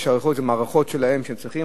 אלו מערכות שלהן שהן צריכות,